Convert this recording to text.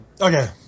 Okay